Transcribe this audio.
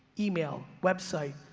email, website,